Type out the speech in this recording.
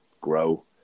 grow